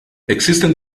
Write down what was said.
existen